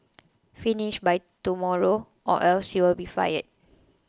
finish by tomorrow or else you'll be fired